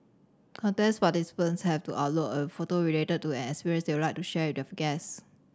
contest participants have to upload a photo related to an experience they would like to share with their guest